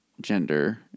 gender